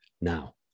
now